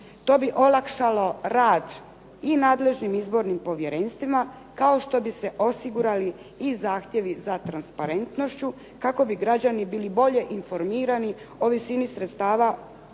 To bi olakšalo rad i nadležnim izbornim povjerenstvima, kao što bi se osigurali i zahtjevi za transparentnošću kako bi građani bili bolje informirani o visini sredstava koja